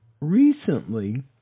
recently